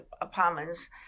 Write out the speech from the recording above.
apartments